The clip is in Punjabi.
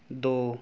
ਦੋ